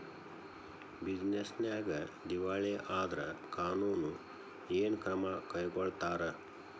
Business ನ್ಯಾಗ ದಿವಾಳಿ ಆದ್ರ ಕಾನೂನು ಏನ ಕ್ರಮಾ ಕೈಗೊಳ್ತಾರ?